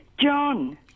John